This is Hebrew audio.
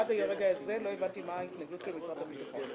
עד לרגע זה לא הבנתי מה ההתנגדות של משרד הביטחון.